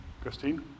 Christine